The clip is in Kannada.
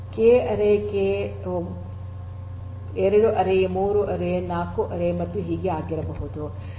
ಆದ್ದರಿಂದ ಕೆ ಆರಿ ಅದು 2 ಆರಿ 3 ಆರಿ 4 ಆರಿ ಮತ್ತು ಹೀಗೆ ಆಗಿರಬಹುದು